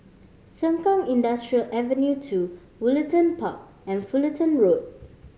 Sengkang Industrial Avenue Two Woollerton Park and Fullerton Road